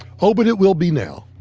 oh, but it will be now.